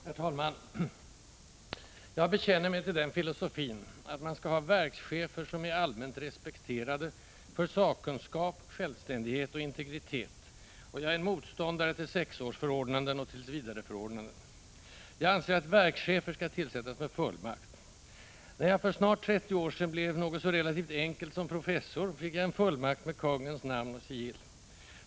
Herr talman! Jag bekänner mig till den filosofin att man skall ha verkschefer som är allmänt respekterade för sakkunskap, självständighet och integritet, och jag är en motståndare till sexårsförordnanden och tillsvidareförordnanden. Jag anser att verkschefer skall tillsättas med fullmakt. När jag för snart 30 år sedan blev något så relativt enkelt som professor fick jag en fullmakt med Kungens namn och sigill.